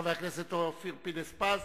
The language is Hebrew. חבר הכנסת אופיר פינס-פז,